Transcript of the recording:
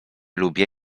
lubię